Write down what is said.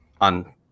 on